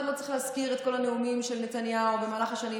לא צריך להזכיר את כל הנאומים של נתניהו במהלך השנים,